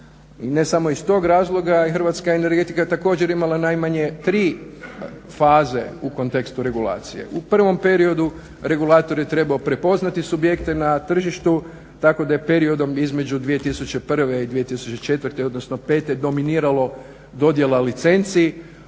i ne samo iz tog razloga je hrvatska energetika također imala najmanje tri faze u kontekstu regulacije. U prvom periodu regulator je trebao prepoznati subjekte na tržištu tako da je periodom između 2001. i 2004., odnosno 2005. dominirala dodjela licenci,